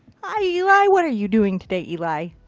hi eli. what are you doing today eli?